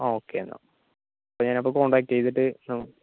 okay എന്നാൽ അപ്പോൾ ഞാൻ എന്നാൽ കോൺടാക്ട് ചെയ്തിട്ട്